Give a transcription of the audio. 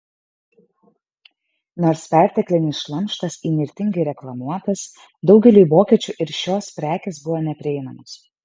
nors perteklinis šlamštas įnirtingai reklamuotas daugeliui vokiečių ir šios prekės buvo neprieinamos